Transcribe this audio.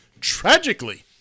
Tragically